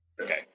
Okay